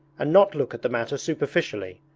and not look at the matter superficially.